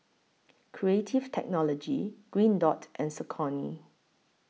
Creative Technology Green Dot and Saucony